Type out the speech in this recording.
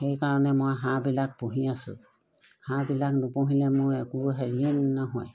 সেইকাৰণে মই হাঁহবিলাক পুহি আছোঁ হাঁহবিলাক নুপুহিলে মোৰ একো হেৰিয়ে নহয়